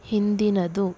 ಹಿಂದಿನದು